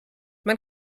man